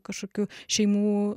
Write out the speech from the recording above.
kažkokių šeimų